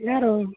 ಯಾರು